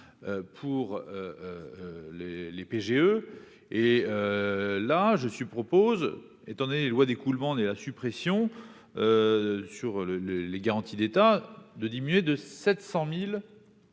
pour les les PGE et là je suis propose étant donné lois d'écoulement et la suppression sur le le les garanties d'État de diminuer de 700000